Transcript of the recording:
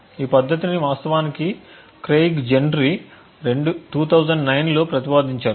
ఈ పద్ధతిని వాస్తవానికి క్రెయిగ్ జెంట్రీ 2009 లో ప్రతిపాదించారు